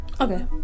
Okay